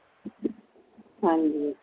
ਹਾਂਜੀ